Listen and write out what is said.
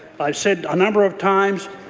i've said a number of times,